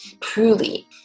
truly